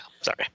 sorry